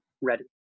ready